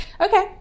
Okay